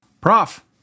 Prof